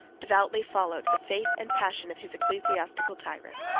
devoutly followed the faith and passions of his ecclesiastical tyrant.